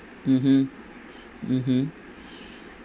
mmhmm mmhmm